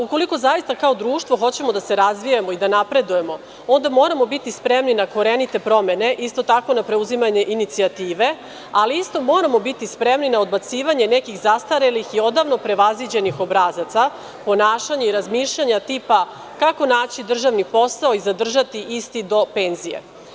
Ukoliko zaista kao društvo hoćemo da se razvijamo i napredujemo, onda moramo biti spremni na korenite promene, isto tako i na preuzimanje inicijative, ali isto moramo biti spremni na odbacivanje nekih zastarelih i odavno prevaziđenih obrazaca ponašanja i razmišljanja, tipa – kako naći državni posao i zadržati isti do penzije?